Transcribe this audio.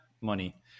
money